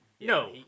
No